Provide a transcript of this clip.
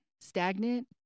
Stagnant